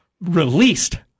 released